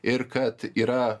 ir kad yra